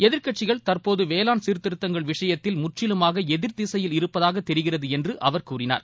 எதிர்க்கட்சிகள் தற்போதுவேளாண் சீர்திருத்தங்கள் விஷயத்தில் முற்றிலுமாகஎதிர் திசையில் இருப்பதாகதெரிகிறதுஎன்றஅவர் கூறினார்